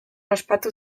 ospatu